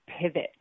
pivot